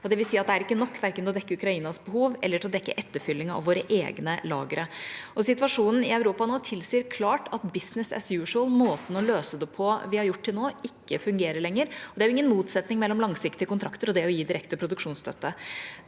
Det vil si at det ikke er nok til verken å dekke Ukrainas behov eller til å dekke etterfylling av våre egne lagre. Situasjonen i Europa nå tilsier klart at «business as usual», måten å løse det på som vi har brukt til nå, ikke fungerer lenger. Det er ingen motsetning mellom langsiktige kontrakter og det å gi direkte produksjonsstøtte.